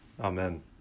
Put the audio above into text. Amen